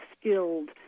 skilled